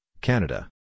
Canada